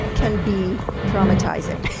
can be traumatizing.